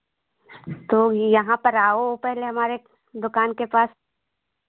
तो यहाँ पर आओ पहले हमारे दुकान के पास